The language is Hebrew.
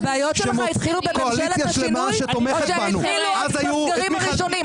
הבעיות שלך התחילו בממשלת השינוי או שהם התחילו עוד בסגרים הראשונים?